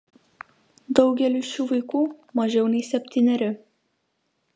daugeliui šių vaikų mažiau nei septyneri